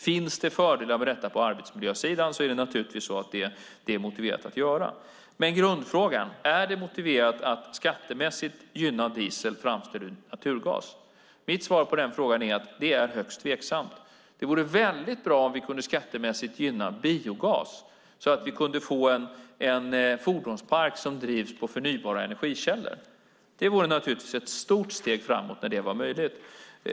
Om det finns fördelar med det här på arbetsmiljösidan är det naturligtvis motiverat att göra det. Men grundfrågan är: Är det motiverat att skattemässigt gynna diesel framställd ur naturgas? Mitt svar på frågan är att det är högst tveksamt. Det vore bra om vi skattemässigt kunde gynna biogas så att vi kunde få en fordonspark som drivs på förnybara energikällor. Det vore ett stort steg framåt om det vore möjligt.